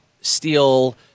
steel